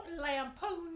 Lampoon